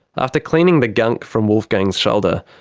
after cleaning the gunk from wolfgang's shoulder,